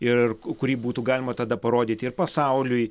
ir kurį būtų galima tada parodyti ir pasauliui